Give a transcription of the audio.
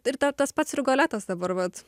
ir dar tas pats rigoletas dabar vat